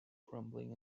crumbling